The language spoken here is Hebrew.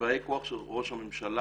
שבאי כוח של ראש הממשלה,